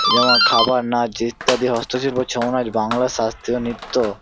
যেমন খাবার নাচ ইত্যাদি হস্তশিল্প ছৌ নাচ বাংলার শাস্ত্রীয় নৃত্য